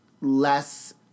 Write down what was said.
less